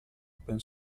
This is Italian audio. open